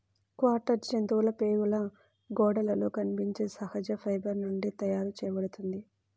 catgut జంతువుల ప్రేగుల గోడలలో కనిపించే సహజ ఫైబర్ నుండి తయారు చేయబడుతుంది